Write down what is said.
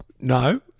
No